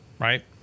right